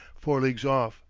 four leagues off,